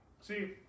See